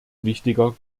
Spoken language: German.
wichtiger